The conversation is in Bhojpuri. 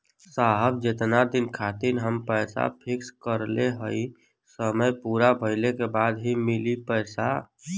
साहब जेतना दिन खातिर हम पैसा फिक्स करले हई समय पूरा भइले के बाद ही मिली पैसा?